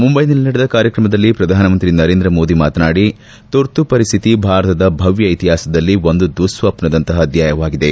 ಮುಂಬೈನಲ್ಲಿ ನಡೆದ ಕಾರ್ಯಕ್ರಮದಲ್ಲಿ ಶ್ರಧಾನಮಂತ್ರಿ ನರೇಂದ್ರ ಮೋದಿ ಮಾತನಾಡಿ ತುರ್ತು ಪರಿಸ್ಥಿತಿ ಭಾರತದ ಭದ್ದ ಇತಿಹಾಸದಲ್ಲಿ ಒಂದು ದುಸ್ತಪ್ನದಂತಪ ಅಧ್ಯಾಯವಾಗಿದೆ